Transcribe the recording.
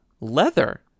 leather